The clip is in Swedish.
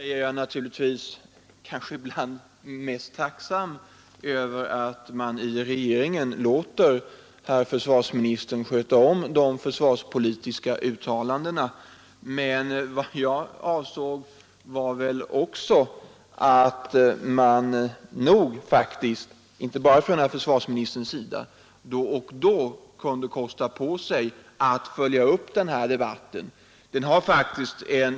Herr talman! I och för sig är jag naturligtvis ibland mest tacksam över att regeringen låter herr försvarsministern göra de försvarspolitiska uttalandena. Vad jag avsåg var att även andra inom regeringen då och då kunde kosta på sig att följa upp försvarsdebatten.